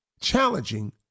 challenging